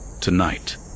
tonight